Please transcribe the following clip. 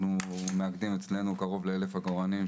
אנחנו מאגדים אצלנו קרוב ל-1,000 עגורנים,